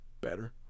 better